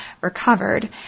recovered